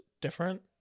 different